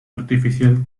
artificial